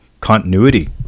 continuity